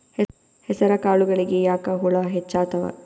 ಹೆಸರ ಕಾಳುಗಳಿಗಿ ಯಾಕ ಹುಳ ಹೆಚ್ಚಾತವ?